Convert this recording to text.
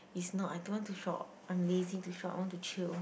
it's not I don't want to shop I'm lazy to shop I want to chill